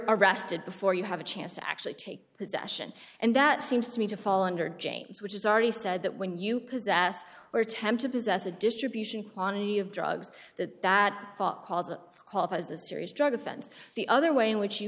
arrested before you have a chance to actually take possession and that seems to me to fall under james which is already said that when you possess or attempt to possess a distribution quantity of drugs that that causes qualify as a serious drug offense the other way in which you